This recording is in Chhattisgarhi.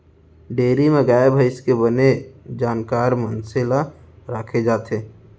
डेयरी म गाय भईंस के बने जानकार मनसे ल राखे जाथे